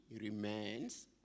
remains